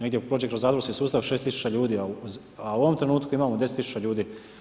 Negdje prođe kroz zatvorski sustav 6 tisuća ljudi, a u ovom trenutku imamo 10 tisuća ljudi.